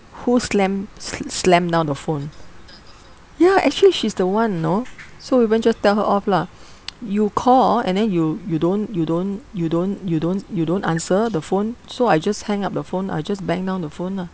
who slam slammed down the phone ya actually she's the one you know so we vivien tell her off lah you call and then you you don't you don't you don't you don't you don't answer the phone so I just hang up the phone I just bang down the phone lah